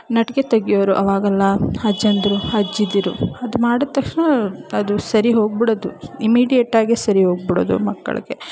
ನಟಿಕೆ ತೆಗಿಯೋರು ಅವಾಗೆಲ್ಲ ಅಜ್ಜಂದಿರು ಅಜ್ಜಿದಿರು ಅದು ಮಾಡಿದ ತಕ್ಷಣ ಅದು ಸರಿ ಹೋಗಿಬಿಡೋದು ಇಮಿಡಿಯೇಟ್ಟಾಗೆ ಸರಿ ಹೋಗಿಬಿಡೋದು ಮಕ್ಕಳಿಗೆ